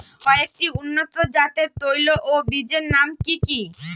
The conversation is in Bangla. কয়েকটি উন্নত জাতের তৈল ও বীজের নাম কি কি?